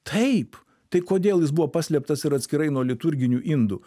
taip tai kodėl jis buvo paslėptas ir atskirai nuo liturginių indų